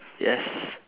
yes